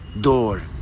door